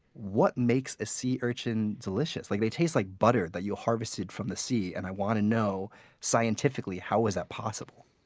what makes a sea urchin delicious? like they taste like butter that you harvested from the sea. and i want to know scientifically how is that possible?